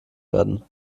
werden